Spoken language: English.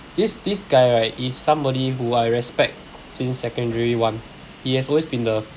this this guy right is somebody who I respect since secondary one he has always been the